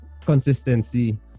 consistency